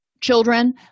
children